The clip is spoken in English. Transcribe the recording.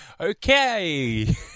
Okay